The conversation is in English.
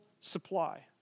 supply